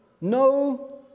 no